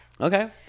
okay